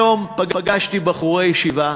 היום פגשתי בחורי ישיבה,